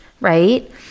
right